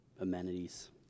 amenities